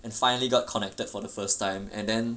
and finally got connected for the first time and then